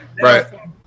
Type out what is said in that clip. right